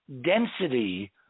density